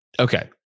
Okay